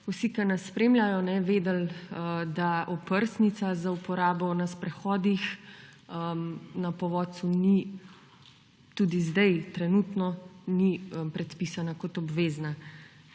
vsi, ki nas spremljajo, vedeli, da oprsnica za uporabo na sprehodih na povodcu tudi zdaj, trenutno ni predpisana kot obvezna.